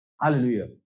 Hallelujah